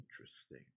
Interesting